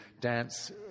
dance